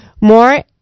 More